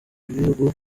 b’ibihugu